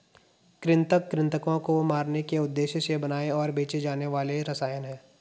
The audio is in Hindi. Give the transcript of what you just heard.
कृंतक कृन्तकों को मारने के उद्देश्य से बनाए और बेचे जाने वाले रसायन हैं